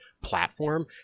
platform